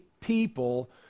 people